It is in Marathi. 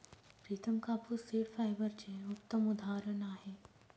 प्रितम कापूस सीड फायबरचे उत्तम उदाहरण आहे